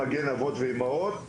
מגן אבות ואימהות.